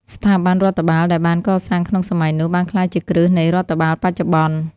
ស្ថាប័នរដ្ឋបាលដែលបានកសាងក្នុងសម័យនោះ បានក្លាយជាគ្រឹះនៃរដ្ឋបាលបច្ចុប្បន្ន។